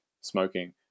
smoking